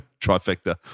trifecta